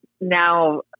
now